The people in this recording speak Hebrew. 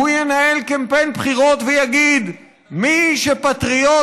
הוא ינהל קמפיין בחירות ויגיד: מי שפטריוט,